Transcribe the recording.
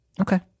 Okay